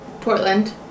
Portland